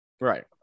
right